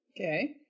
Okay